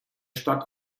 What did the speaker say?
stadt